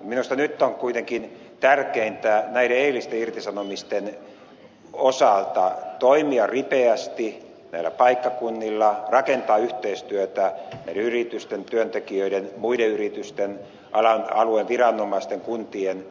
minusta nyt on kuitenkin tärkeintä näiden eilisten irtisanomisten osalta toimia ripeästi näillä paikkakunnilla rakentaa yhteistyötä näiden yritysten työntekijöiden muiden yritysten alueen viranomaisten kuntien